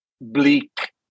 bleak